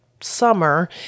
summer